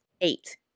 eight